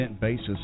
basis